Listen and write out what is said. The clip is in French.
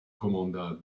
commanda